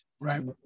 right